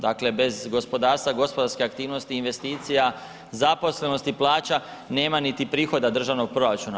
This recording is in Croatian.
Dakle bez gospodarstva, gospodarskih aktivnosti i investicija, zaposlenosti i plaća nema niti prihoda državnog proračuna.